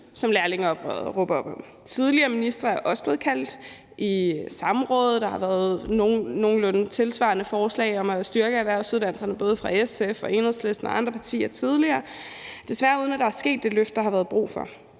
Tidligere ministre er også blevet kaldt i samråd, og der har tidligere været nogenlunde tilsvarende forslag om at styrke erhvervsuddannelserne, både fra SF og Enhedslisten og andre partier, desværre uden at der er sket det løft, der har været brug for.